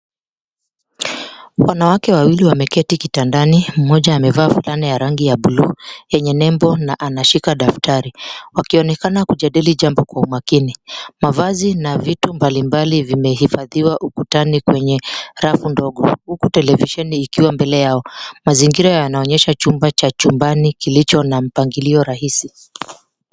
Wanawake wawili wameketi kitandani, mmoja amevaa fulana ya rangi ya buluu yenye nembo na anashika daftari wakionekana kujadili jambo kwa umakini. Mavazi na vitu mbalimbali vimehifadhiwa ukutani kwenye rafu ndogo huku televisheni ikiwa mbele yao. Mazingira yanaonyesha chumba cha chumbani kilicho na mpangilio rahisi.